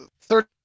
third